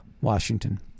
Washington